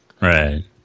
right